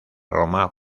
roma